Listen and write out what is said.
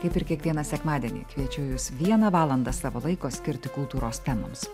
kaip ir kiekvieną sekmadienį kviečiu jus vieną valandą savo laiko skirti kultūros temoms